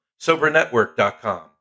SoberNetwork.com